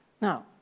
Now